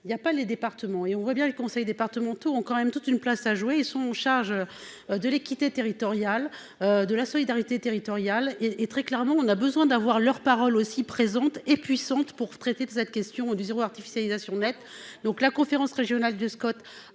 il y a pas les départements et on voit bien les conseils départementaux ont quand même toute une place à jouer, ils sont en charge. De l'équité territoriale de la solidarité territoriale et et très clairement on a besoin d'avoir leur parole aussi présente et puissante pour traiter de cette question du zéro artificialisation nette donc la conférence régionale de Scott A.